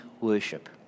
worship